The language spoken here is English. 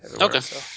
Okay